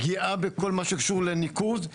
פגיעה בכל מה שקשור לניקוז.